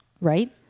Right